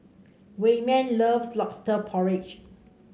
Wayman loves lobster porridge